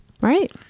Right